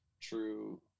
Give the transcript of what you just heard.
true